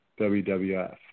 WWF